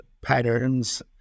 patterns